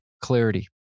clarity